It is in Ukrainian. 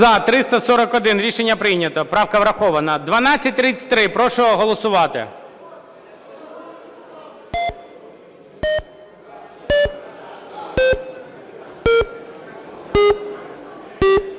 За-341 Рішення прийнято. Правка врахована. 1233. Прошу голосувати.